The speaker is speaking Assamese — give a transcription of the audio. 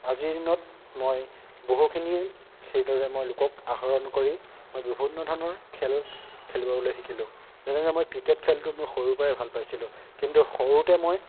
আজিৰ দিনত মই বহুখিনিয়ে সেইদৰে মই লোকক আহৰণ কৰি মই বিভিন্ন ধৰণৰ খেল খেলিবলৈ শিকিলোঁ যেনেদৰে মই ক্ৰিকেট খেলটো মই সৰুৰ পৰাই ভাল পাইছিলোঁ কিন্তু সৰুতে মই